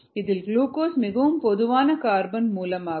இதில் குளுக்கோஸ் மிகவும் பொதுவான கார்பன் மூலமாகும்